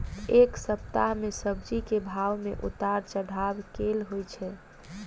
एक सप्ताह मे सब्जी केँ भाव मे उतार चढ़ाब केल होइ छै?